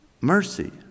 mercy